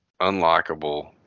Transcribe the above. unlockable